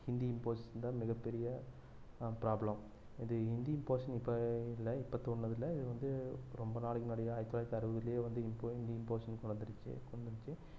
Hindi impose தான் மிகப் பெரிய ப்ராப்ளம் இது ஹிந்தி இம்போசிஷன் இப்போ இல்லை இப்போ தோண்றுனது இல்லை இது வந்து ரொம்ப நாளைக்கு முன்னாடி தான் ஆயிரத்து தொள்ளாயிரத்து அறுபதுலியே வந்து இம்போ ஹிந்தி இம்போசிஷன் வந்துருச்சு வந்துருச்சு